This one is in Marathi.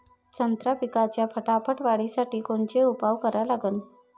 संत्रा पिकाच्या फटाफट वाढीसाठी कोनचे उपाव करा लागन?